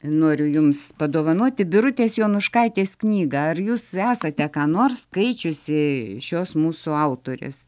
noriu jums padovanoti birutės jonuškaitės knygą ar jūs esate ką nors skaičiusi šios mūsų autorės